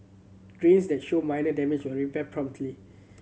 drains that show minor damage will be repaired promptly